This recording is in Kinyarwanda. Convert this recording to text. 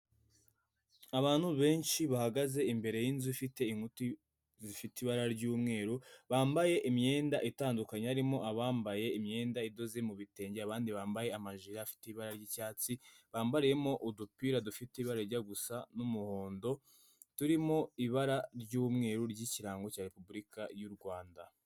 Abantu benshi bahagaze imbere y'inzu ifite inkuti zifite ibara ry'umweru, bambaye imyenda itandukanye, harimo abambaye imyenda idoze mu bitenge, abandi bambaye amajiri afite ibara ry'icyatsi bambariyemo udupira dufite ibarara rijya gusa n'umuhondo, turimo ibara ry'umweru ry'ikirango cya Repubulika y'u Rwanda.